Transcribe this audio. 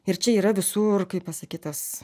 ir čia yra visur kaip pasakyt tas